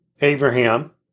Abraham